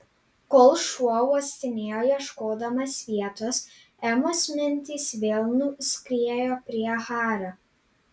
kol šuo uostinėjo ieškodamas vietos emos mintys vėl nuskriejo prie hario